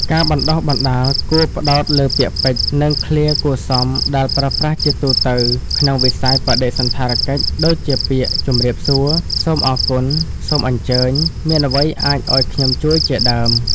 ការបណ្តុះបណ្តាលគួរផ្តោតលើពាក្យពេចន៍ និងឃ្លាគួរសមដែលប្រើប្រាស់ជាទូទៅក្នុងវិស័យបដិសណ្ឋារកិច្ច ដូចជាពាក្យ ជម្រាបសួរ សូមអរគុណ សូមអញ្ជើញ មានអ្វីអាចអោយខ្ញុំជួយ ជាដើម។